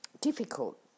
difficult